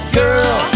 girl